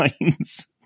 lines